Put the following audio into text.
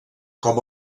com